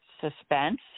suspense